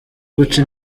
guca